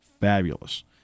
Fabulous